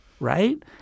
Right